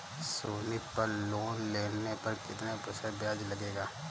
सोनी पल लोन लेने पर कितने प्रतिशत ब्याज लगेगा?